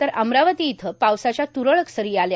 तर अमरावती इथं पावसा या तुरळक सर आ या